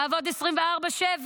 לעבוד 24/7